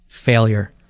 Failure